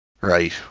Right